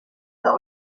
der